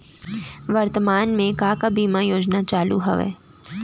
वर्तमान में का का बीमा योजना चालू हवये